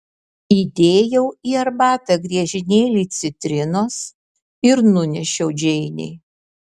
įdėjau į arbatą griežinėlį citrinos ir nunešiau džeinei